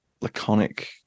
laconic